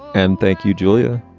and thank you, julia.